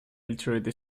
altered